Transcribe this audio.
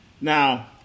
Now